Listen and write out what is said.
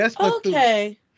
Okay